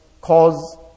cause